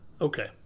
Okay